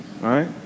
Right